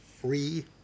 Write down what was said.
free